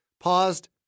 paused